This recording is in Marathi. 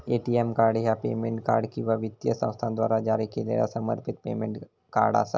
ए.टी.एम कार्ड ह्या पेमेंट कार्ड किंवा वित्तीय संस्थेद्वारा जारी केलेला समर्पित पेमेंट कार्ड असा